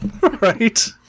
Right